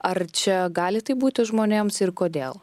ar čia gali taip būti žmonėms ir kodėl